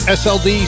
sld